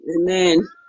Amen